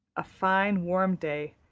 a fine, warm day,